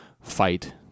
fight